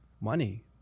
money